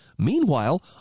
Meanwhile